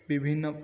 ବିଭିନ୍ନ